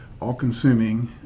all-consuming